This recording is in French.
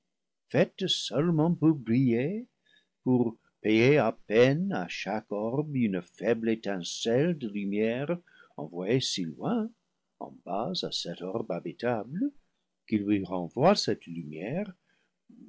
faite seulement pour briller pour payer à peine à chaque orbe une faible étincelle de lumière envoyée si loin en bas à cet orbe habitable qui lui renvoie cette lumière